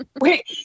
Wait